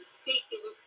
seeking